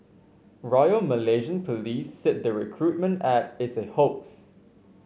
royal Malaysian Police said the recruitment ad is a hoax